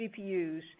GPUs